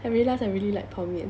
I realise I really like 泡面